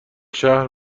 شهر